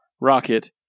Rocket